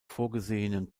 vorgesehenen